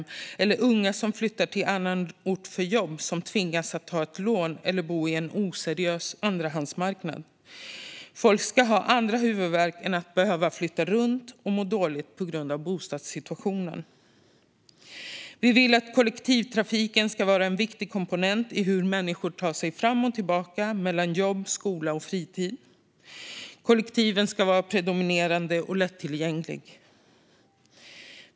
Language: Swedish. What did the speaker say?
Vi vill inte att unga som flyttar till en annan ort för jobb ska tvingas ta lån eller bo på en oseriös andrahandsmarknad. Folk ska ha annan huvudvärk än att behöva flytta runt och må dåligt på grund av bostadssituationen. Vi vill att kollektivtrafiken ska vara en viktig komponent i hur människor tar sig fram och tillbaka till jobb, skola och fritid. Kollektivtrafiken ska vara predominerande och lättillgänglig.